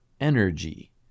energy